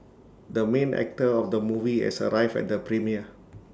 the main actor of the movie has arrived at the premiere